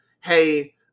hey